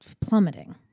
plummeting